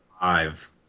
five